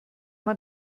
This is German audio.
man